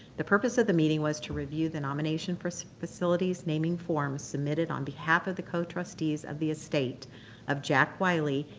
the purpose of the meeting was to review the nomination for so facilities naming forms submitted on behalf of the co-trustees of the estate of jack wylie,